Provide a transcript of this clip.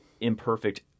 imperfect